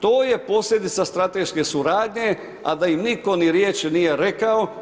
To je posljedica strateške suradnja, a da im nitko ni riječi nije rekao.